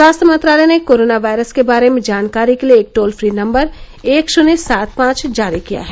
स्वास्थ्य मंत्रालय ने कोरोना वायरस के बारे में जानकारी के लिए एक टॉल फ्री नम्बर एक शृन्य सात पांच जारी किया है